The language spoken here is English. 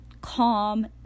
Calm